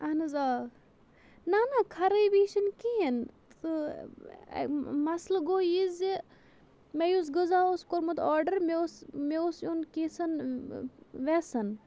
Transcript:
اَہَن حظ آ نہَ نہَ خرٲبی چھِنہٕ کِہیٖنۍ تہٕ مَسلہٕ گوٚو یہِ زِ مےٚ یُس غذا اوس کوٚرمُت آرڈَر مےٚ اوس مےٚ اوس یُن کینٛژن وٮ۪سَن